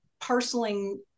parceling